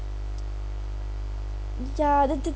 ya then that